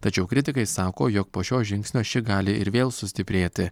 tačiau kritikai sako jog po šio žingsnio ši gali ir vėl sustiprėti